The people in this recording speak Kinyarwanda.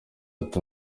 ati